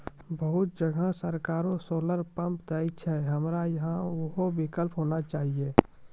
बहुत जगह सरकारे सोलर पम्प देय छैय, हमरा यहाँ उहो विकल्प होना चाहिए?